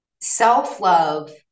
self-love